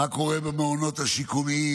מה קורה עם המעונות השיקומיים,